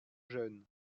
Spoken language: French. jeunes